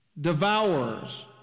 devours